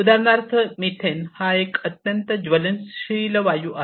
उदाहरणार्थ मिथेन हा एक अत्यंत ज्वलनशील वायू आहे